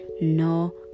no